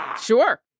Sure